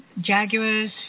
jaguars